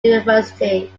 university